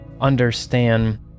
understand